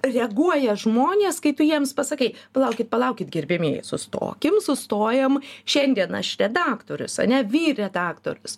reaguoja žmonės kai tu jiems pasakai palaukit palaukit gerbiamieji sustokim sustojam šiandien aš redaktorius ane vyr redaktorius